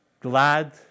glad